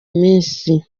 minsi